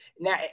Now